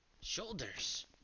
shoulders